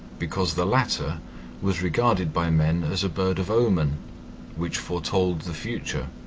because the latter was regarded by men as a bird of omen which foretold the future,